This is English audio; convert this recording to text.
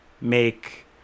Make